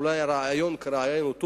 אולי הרעיון, כרעיון, הוא טוב,